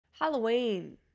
Halloween